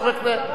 רבותי,